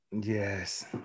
Yes